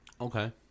Okay